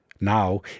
now